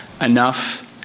enough